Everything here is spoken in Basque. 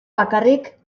bakarrik